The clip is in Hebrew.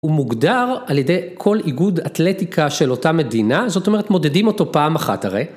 הוא מוגדר על ידי כל איגוד אתלטיקה של אותה מדינה, זאת אומרת, מודדים אותו פעם אחת הרי.